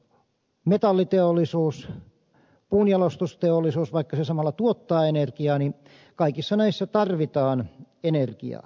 metalliteollisuudessa puunjalostusteollisuudessa vaikka ne samalla tuottavat energiaa kaikissa näissä tarvitaan energiaa